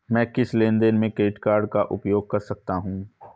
मैं किस लेनदेन में क्रेडिट कार्ड का उपयोग कर सकता हूं?